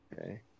Okay